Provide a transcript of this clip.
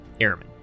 Airmen